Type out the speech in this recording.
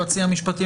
היועצים המשפטיים,